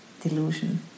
delusion